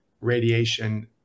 radiation